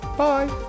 bye